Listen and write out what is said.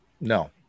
No